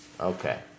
Okay